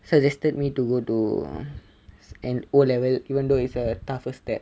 suggested me to go to an O level even though its a tougher step